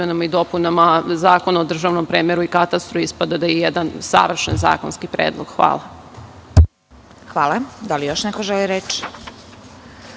i dopunama Zakona o državnom premeru i katastru ispada da je jedan savršen zakonski predlog. Hvala. **Vesna Kovač** Hvala. Da li još neko želi reč?